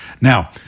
Now